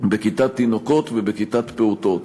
בכיתת תינוקות ובכיתת פעוטות.